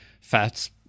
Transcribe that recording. fats